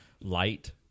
light